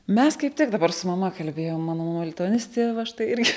mes kaip tik dabar su mama kalbėjom mano mama lituanistė va štai irgi